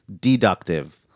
deductive